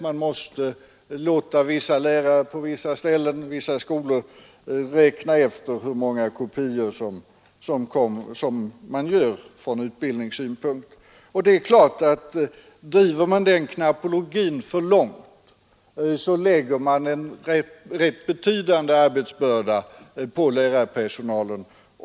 Man måste låta vissa lärare på vissa skolor bokföra hur många kopior som framställs för utbildningsändamål, och det är klart att driver man den knappologin för långt, så lägger man en rätt betydande arbetsbörda på lärarpersonalen.